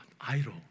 idol